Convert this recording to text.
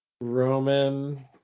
Roman